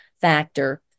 factor